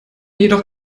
jedoch